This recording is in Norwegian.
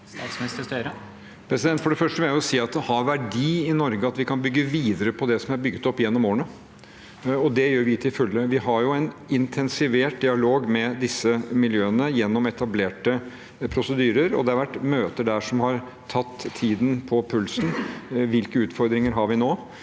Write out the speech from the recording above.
Støre For det første vil jeg si at det har verdi i Norge at vi kan bygge videre på det som er bygget opp gjennom årene, og det gjør vi til fulle. Vi har en intensivert dialog med disse miljøene gjennom etablerte prosedyrer, og det har vært møter der som har tatt tiden på pulsen. Hvilke utfordringer har vi nå